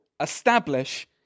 establish